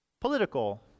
political